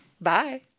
Bye